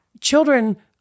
children